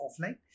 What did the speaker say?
offline